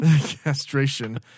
Castration